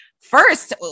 first